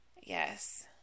Yes